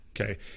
Okay